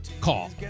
call